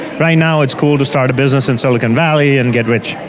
right now it's cool to start a business in silicon valley and get rich.